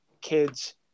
kids